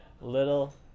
Little